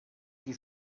qui